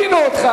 הבינו אותך,